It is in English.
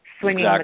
swinging